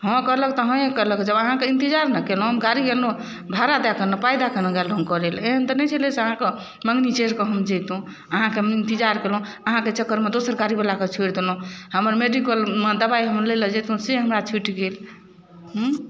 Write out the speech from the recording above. हँ कहलक तऽ हँए कहलक जब अहाँके इंतजार ने केलहुॅं गाड़ी अनलहुॅं भाड़ा दैके ने पाइ दैके ने गेल रहूॅं करे लेल एहन तऽ नहि छै से अहाँक मँगनी चढ़िके हम जइतहुॅं अहाँके हम इंतिजार केलहुॅं अहाँके चक्करमे दोसर गाड़ी बलाके छोरि देलहुॅं हमर मेडिकलमे दबाइ हम लए लऽ जइतहुॅं से हमरा छूटि गेल